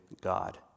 God